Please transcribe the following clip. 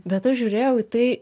bet aš žiūrėjau į tai